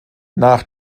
nach